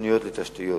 ותוכניות לתשתיות.